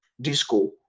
disco